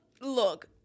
look